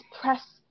press